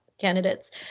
Candidates